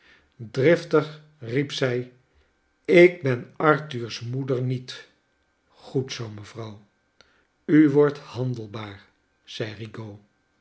driftig riep zij ik ben arthur's moeder niet goed zoo mevrouw u wordt handelbaarder zei